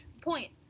Point